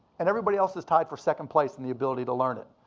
and everybody else is tied for second place in the ability to learn it.